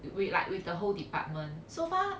with like with the whole department so far